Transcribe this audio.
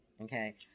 okay